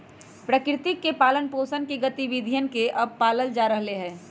प्रकृति के पालन पोसन के गतिविधियन के अब पाल्ल जा रहले है